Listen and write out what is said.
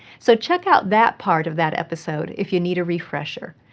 so check out that part of that episode if you need a refresher.